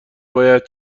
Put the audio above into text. باید